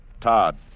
Todd